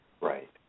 Right